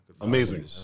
Amazing